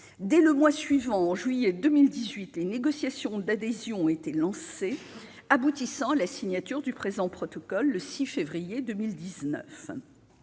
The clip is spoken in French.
Dès le mois suivant, en juillet 2018, les négociations d'adhésion ont été lancées, aboutissant à la signature du présent protocole le 6 février 2019.